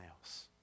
else